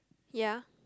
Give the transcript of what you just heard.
ya